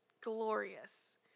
glorious